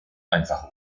einfach